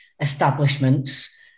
establishments